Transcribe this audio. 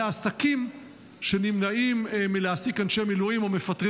העסקים שנמנעים מלהעסיק אנשי מילואים או מפטרים